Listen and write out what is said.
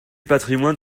patrimoine